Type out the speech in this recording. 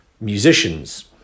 musicians